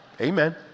Amen